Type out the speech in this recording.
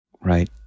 Right